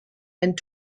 and